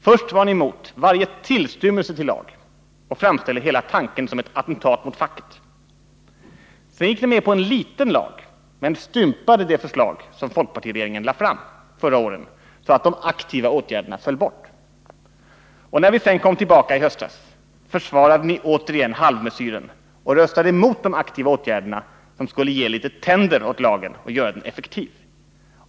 Först var ni emot varje tillstymmelse till lag och framställde hela tanken som ett attentat mot facket. Sedan gick ni med på en liten lag, men stympade det förslag som folkpartiregeringen lade fram förra våren så att de aktiva åtgärderna föll bort. När vi sedan kom tillbaka i höstas försvarade ni återigen halvmesyren och röstade emot de aktiva åtgärderna som skulle ha kunnat ge litet tänder åt lagen och göra den effektiv.